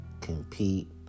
compete